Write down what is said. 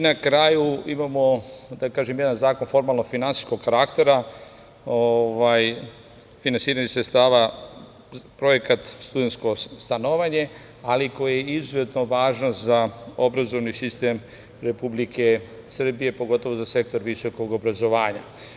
Na kraju imamo, da tako kažem, jedan zakon formalno finansijskog karaktera, finansiranje sredstava projekat studentsko stanovanje, ali koje je izuzetno važno za obrazovni sistem Republike Srbije, pogotovo za sektor visokog obrazovanja.